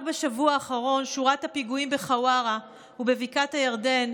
רק בשבוע האחרון שורת הפיגועים בחווארה ובבקעת הירדן,